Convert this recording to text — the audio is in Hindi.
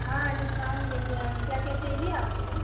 हाँ डिस्काउंट देंगे और क्या क्या चाहिए आपको